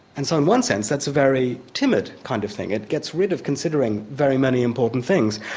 and so in one sense that's a very timid kind of thing, it gets rid of considering very many important things.